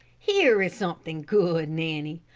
here is something good, nanny.